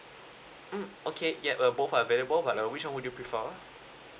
mm okay yup uh both are available but uh which [one] would you prefer